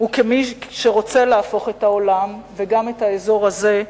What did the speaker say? וכמי שרוצה להפוך את העולם, וגם את האזור הזה,